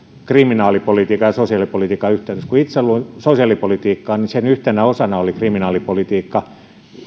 kriminaalipolitiikan ja sosiaalipolitiikan yhteydestä kun itse luin sosiaalipolitiikkaa niin sen yhtenä osana oli kriminaalipolitiikka